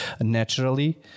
naturally